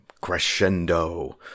crescendo